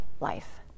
life